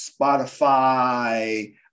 Spotify